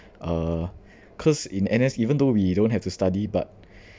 uh cause in N_S even though we don't have to study but